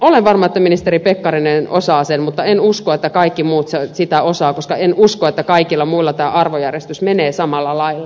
olen varma että ministeri pekkarinen osaa sen mutta en usko että kaikki muut sitä osaavat koska en usko että kaikilla muilla tämä arvojärjestys menee samalla lailla